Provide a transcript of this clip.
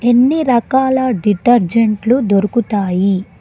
ఎన్ని రకాల డిటర్జెంట్లు దొరుకుతాయి